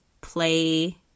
play